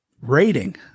rating